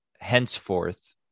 henceforth